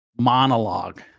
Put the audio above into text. monologue